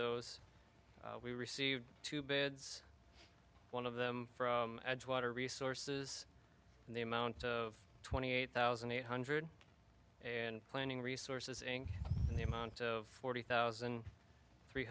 those we received two beds one of them from edgewater resources and the amount of twenty eight thousand eight hundred and planning resources and the amount of forty thousand three